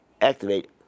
activate